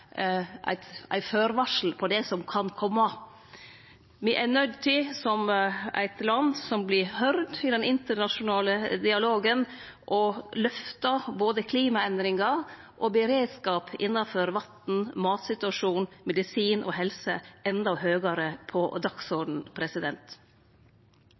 eit førevarsel om det som kan kome. Me er nøydde til, som eit land som vert høyrt i den internasjonale dialogen, å lyfte både klimaendringar og beredskap innanfor vatn, matsituasjon, medisin og helse endå høgare på